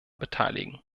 beteiligen